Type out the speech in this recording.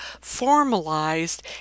formalized